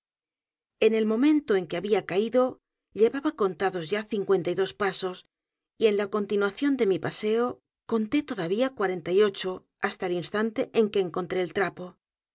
en el momento en que había caído llevaba contados ya cincuenta y dos pasos y en la continuación de mi paseo conté todavía cuarenta y ocho hasta el instante en q u e encontré el